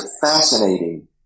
fascinating